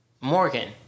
Morgan